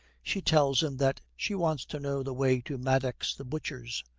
she tells him that she wants to know the way to maddox the butcher's.